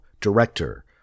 Director